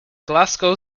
glasgow